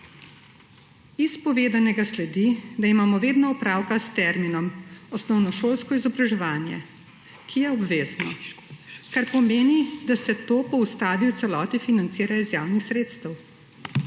Iz povedanega sledi, da imamo vedno opravka s terminom »osnovnošolsko izobraževanje, ki je obvezno«, kar pomeni, da se to po ustavi v celoti financira iz javnih sredstev.